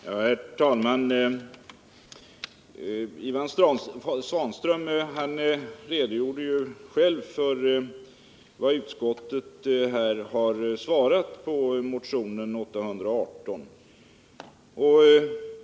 Herr talman! Ivan Svanström redogjorde själv för vad utskottet här har svarat på motionen 818.